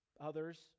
Others